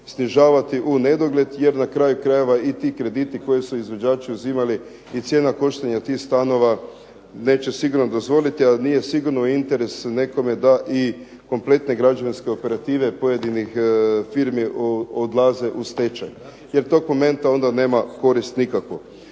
snižavati u nedogled jer na kraju krajeva i ti krediti koje su izvođači uzimali i cijena koštanja tih stanova neće sigurno dozvoliti ali nije sigurno interes nekome da i kompletne građevinske operative pojedinih firmi odlaze u stečaj jer tog momenta onda nema korist nikakvu.